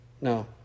No